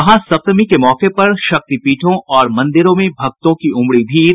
महासप्तमी के मौके पर शक्तिपीठों और मंदिरों में भक्तों की उमड़ी भीड़